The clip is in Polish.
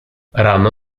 rano